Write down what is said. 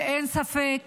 אין ספק